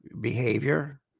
behavior